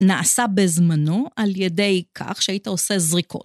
נעשה בזמנו על ידי כך שהיית עושה זריקות.